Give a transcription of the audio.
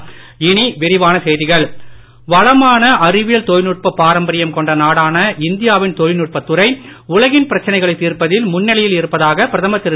மோடி அறிவியல் வளமான அறிவியல் தொழில்நுட்ப பாரம்பரியம் கொண்ட நாடான இந்தியாவின் தொழில்நுட்பத் துறை உலகின் பிரச்சனைகளை தீர்ப்பதில் முன்னிலையில் இருப்பதாக பிரதமர் திரு